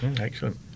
excellent